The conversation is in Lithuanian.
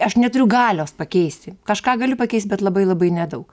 aš neturiu galios pakeisti kažką galiu pakeist bet labai labai nedaug